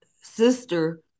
sister